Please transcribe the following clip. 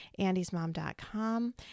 andysmom.com